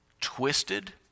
twisted